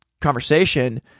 conversation